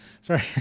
sorry